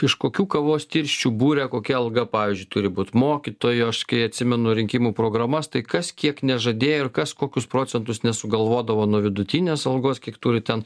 iš kokių kavos tirščių buria kokia alga pavyzdžiui turi būt mokytojo aš kai atsimenu rinkimų programas tai kas kiek nežadėjo ir kas kokius procentus nesugalvodavo nuo vidutinės algos kiek turi ten